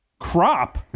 crop